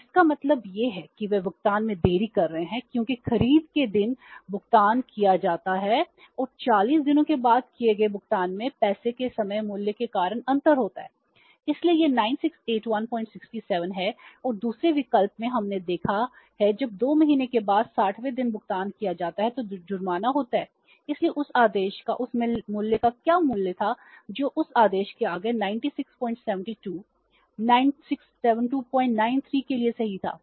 तो इसका मतलब यह है कि वे भुगतान में देरी कर रहे हैं क्योंकि खरीद के दिन भुगतान किया जाता है और 40 दिनों के बाद किए गए भुगतान में पैसे के समय मूल्य के कारण अंतर होता है इसलिए यह 968167 है और दूसरे विकल्प में हमने देखा है जब 2 महीने के बाद 60 वें दिन भुगतान किया जाता है तो जुर्माना होता है इसलिए उस आदेश का उस मूल्य का क्या मूल्य था जो उस आदेश के आगे 9672 967293 के लिए सही था